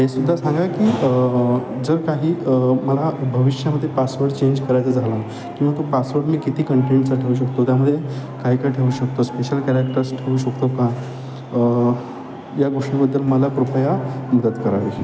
हे सुद्धा सांगा की जर काही मला भविष्यामध्ये पासवर्ड चेंज करायचं झाला किंवा तो पासवर्ड मी किती कंटेंटचा ठेऊ शकतो त्यामध्ये काय काय ठेऊ शकतो स्पेशल कॅरॅक्टर्स ठेऊ शकतो का या गोष्टींबद्दल मला कृपया मदत करावी